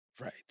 Right